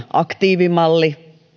aktiivimalli